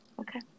Okay